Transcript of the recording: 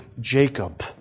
Jacob